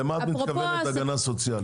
למה את מתכוונת, הגנה סוציאלית?